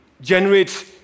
generates